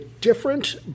different